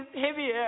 heavier